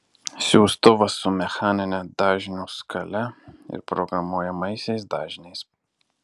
siųstuvas su mechanine dažnių skale ir programuojamaisiais dažniais